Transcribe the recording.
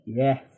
yes